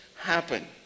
happen